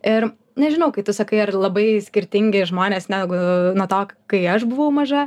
ir nežinau kaip tu sakai ar labai skirtingi žmonės negu nuo to kai aš buvau maža